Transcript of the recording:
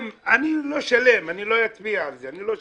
אני לא שלם, אני לא אצביע על זה --- עיסאווי,